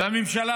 והממשלה,